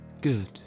Good